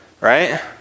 Right